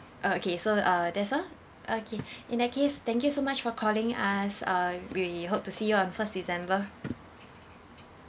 uh okay so uh that's all okay in that case thank you so much for calling us uh we hope to see on first december